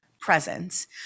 presence